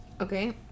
Okay